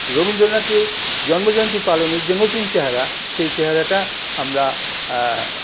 রবীন্দ্রনাথের জন্মজয়ন্তী পালনের যে নতুন চেহারা সেই চেহারাটা আমরা